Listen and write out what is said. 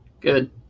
Good